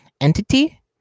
entity